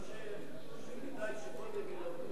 אני חושב שכדאי שקודם ילמדו תלמוד ודברים כאלה,